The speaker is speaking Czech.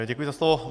Děkuji za slovo.